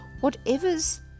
whatever's